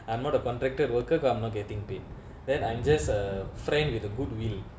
I'm not a contracted worker I'm not getting paid then I'm just a friend with a goodwill